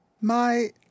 My